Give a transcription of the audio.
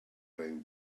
playing